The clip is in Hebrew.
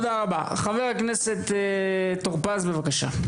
תודה רבה, חבר הכנסת טורפז בבקשה.